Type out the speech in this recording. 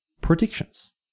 predictions